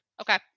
okay